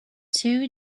two